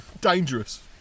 Dangerous